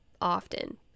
often